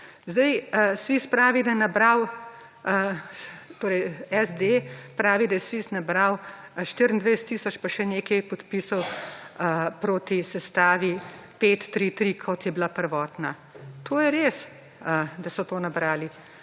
torej SD pravi, da je SVIZ nabral 24 tisoč in še nekaj podpisov proti sestavi 5+3+3 kot je bila prvotna. To je res, da so to nabrali.